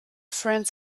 friends